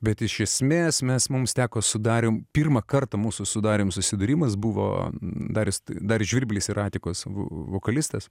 bet iš esmės mes mums teko su darium pirmą kartą mūsų su darium susidūrimas buvo dar darius žvirblis yra atikos vokalistas